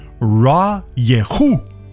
Ra-yehu